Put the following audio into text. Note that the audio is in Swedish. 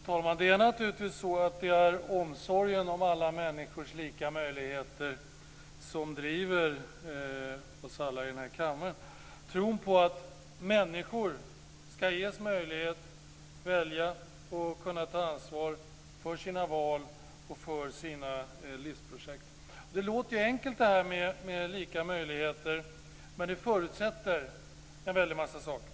Fru talman! Det är naturligtvis så att det är omsorgen om alla människors lika möjligheter som driver oss alla i denna kammare - tron på att människor ska ges möjligheter att välja och kunna ta ansvar för sina val och för sina livsprojekt. Detta med lika möjligheter låter enkelt, men det förutsätter en väldig massa saker.